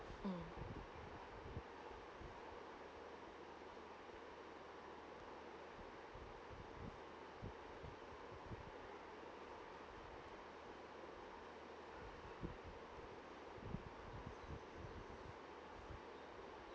mm